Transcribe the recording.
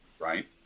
right